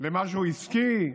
למשהו עסקי,